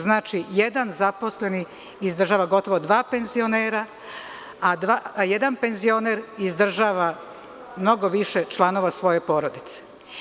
Znači, jedan zaposleni izdržava gotovo dva penzionera, a jedan penzioner izdržava mnogo više članova svoje porodice.